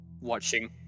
watching